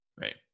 Right